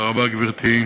גברתי.